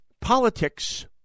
politics